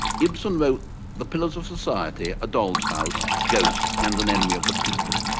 ibsen wrote the pillars of society, a doll's house, ghosts and an enemy of the people,